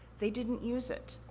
they didn't use it.